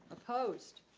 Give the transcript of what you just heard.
opposed?